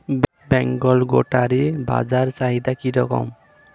বেঙ্গল গোটারি বাজার চাহিদা কি রকম?